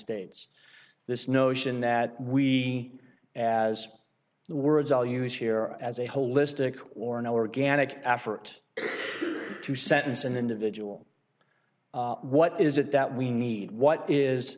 states this notion that we as the words i'll use here as a holistic or an organic effort to sentence an individual what is it that we need what is